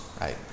right